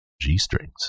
G-strings